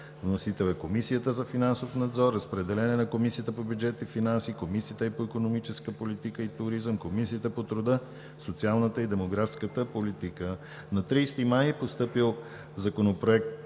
Вносител е Комисията за финансов надзор. Разпределен е на Комисията по бюджет и финанси, Комисията по икономическата политика и туризъм и Комисията по труда, социалната и демографската политика. На 30 май 2017 г. е постъпил Законопроект